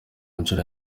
nshuro